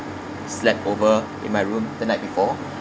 slept over in my room the night before